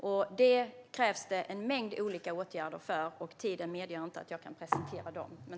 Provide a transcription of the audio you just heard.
För detta krävs en mängd olika åtgärder; tiden medger inte att jag presenterar dem.